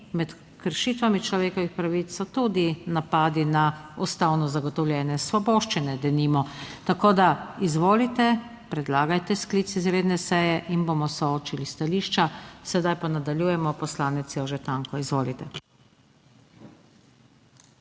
med kršitvami človekovih pravic so tudi napadi na ustavno zagotovljene svoboščine, denimo. Tako da, izvolite, predlagajte sklic izredne seje in bomo soočili stališča. Sedaj pa nadaljujemo. Poslanec Jože Tanko, izvolite.